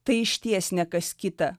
tai išties ne kas kita